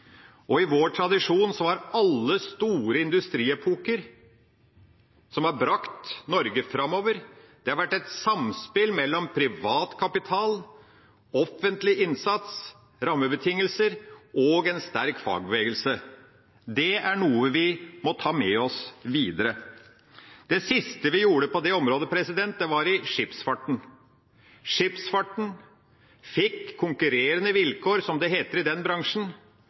I vår tradisjon har alle store industriepoker, som har brakt Norge framover, vært et samspill mellom privat kapital, offentlig innsats, rammebetingelser og en sterk fagbevegelse. Det er noe vi må ta med oss videre. Det siste vi gjorde på det området, var i skipsfarten. Skipsfarten fikk konkurrerende vilkår, som det heter i den bransjen,